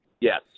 Yes